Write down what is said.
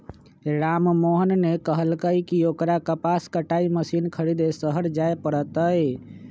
राममोहन ने कहल कई की ओकरा कपास कटाई मशीन खरीदे शहर जाय पड़ तय